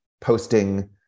posting